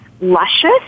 luscious